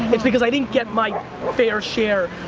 it's because i didn't get my fair share.